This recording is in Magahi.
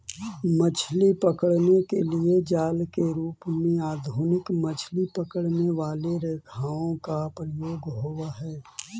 मछली पकड़ने के लिए जाल के रूप में आधुनिक मछली पकड़ने वाली रेखाओं का प्रयोग होवअ हई